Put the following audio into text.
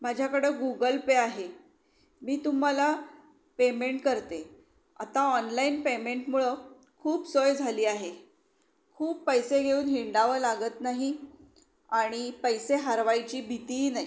माझ्याकडं Google Pay आहे मी तुम्हाला पेमेंट करते आता ऑनलाईन पेमेंटमुळं खूप सोय झाली आहे खूप पैसे घेऊन हिंडावं लागत नाही आणि पैसे हरवायची भीतीही नाही